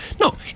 No